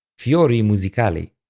fiori musicali.